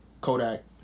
Kodak